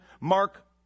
mark